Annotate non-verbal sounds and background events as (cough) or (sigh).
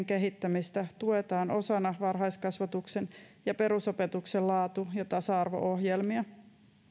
(unintelligible) kehittämistä tuetaan osana varhaiskasvatuksen ja perusopetuksen laatu ja tasa arvo ohjelmia